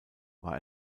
war